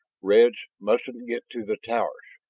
reds mustn't get to the towers!